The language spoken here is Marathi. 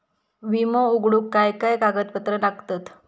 विमो उघडूक काय काय कागदपत्र लागतत?